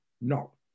No